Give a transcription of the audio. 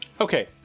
okay